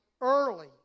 early